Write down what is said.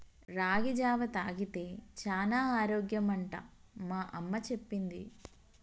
రాగి జావా తాగితే చానా ఆరోగ్యం అంట మా అమ్మ చెప్పింది